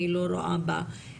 אני לא רואה בה פתרון,